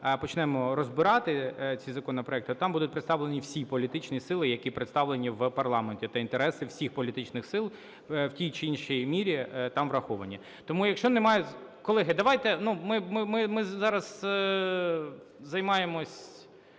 почнемо розбирати ці законопроекти, то там будуть представлені всі політичні сили, які представлені в парламенті, та інтереси всіх політичних сил в тій чи іншій мірі там враховані. Тому, якщо немає… Колеги, давайте, ну, ми зараз займаємось